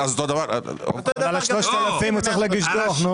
על ה-3,000 הוא צריך להגיש דוח.